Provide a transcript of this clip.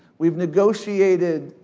we've negotiated